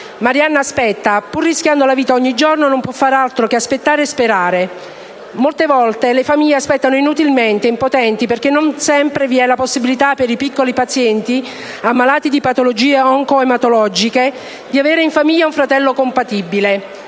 Marianna aspetta, pur rischiando la vita ogni giorno. Non può fare altro che aspettare e sperare. Molte volte le famiglie aspettano inutilmente, impotenti, perché non sempre i piccoli pazienti ammalati di patologie onco-ematologiche hanno in famiglia un fratello compatibile.